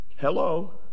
Hello